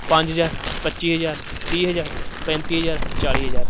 ਪੰਜ ਹਾਜ਼ਰ ਪੱਚੀ ਹਜ਼ਾਰ ਤੀਹ ਹਜ਼ਾਰ ਪੈਂਤੀ ਹਜ਼ਾਰ ਚਾਲੀ ਹਜ਼ਾਰ